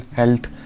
health